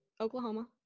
Oklahoma